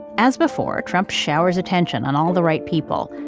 as before, trump showers attention on all the right people.